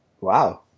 Wow